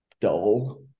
dull